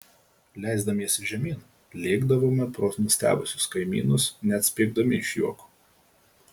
leisdamiesi žemyn lėkdavome pro nustebusius kaimynus net spiegdami iš juoko